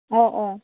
ꯑꯣ ꯑꯣ